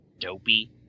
dopey